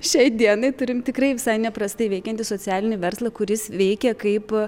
šiai dienai turim tikrai visai neprastai veikiantį socialinį verslą kuris veikia kaip